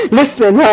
listen